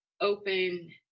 open